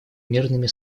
мирными